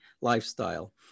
lifestyle